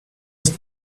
ist